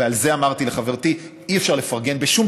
ועל זה אמרתי לחברתי שאי-אפשר לפרגן בשום